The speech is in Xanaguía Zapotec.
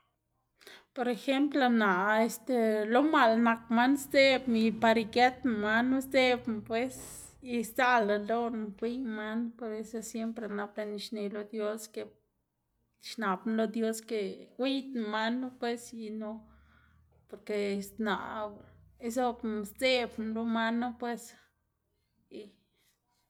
Por ejemplo naꞌ este lo maꞌl nak man sdzeꞌbná y par igëtná manu sdzëꞌbná pues y sdzaꞌlda ldoꞌná gwiyná man knu, por eso siempre nap lëꞌná xne lo dios que, xnabná lo dios que gwiydná manu pues y no porque naꞌ izobná sdzeꞌbná lo manu pues y.